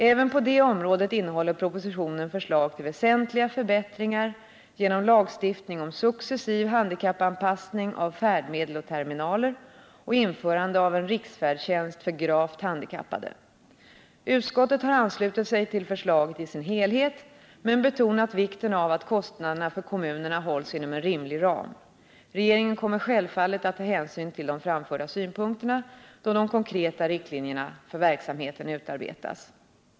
Även på det området innehåller propositionen förslag till väsentliga förbättringar genom lagstiftning om successiv handikappanpassning av färdmedel och terminaler och införande av en riksfärdtjänst för gravt handikappade. Utskottet har anslutit sig till förslaget i dess helhet, men betonat vikten av att kostnaderna för kommunerna hålls inom en rimlig ram. Regeringen kommer självfallet att ta hänsyn till de framförda synpunkterna, då de konkreta riktlinjerna för verksamheten utarbetas.